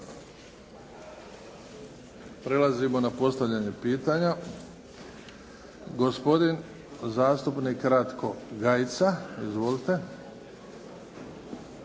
Prelazimo na postavljanje pitanja. Gospodin zastupnik Ratko Gajica. Izvolite.